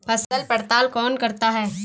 फसल पड़ताल कौन करता है?